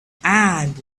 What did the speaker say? and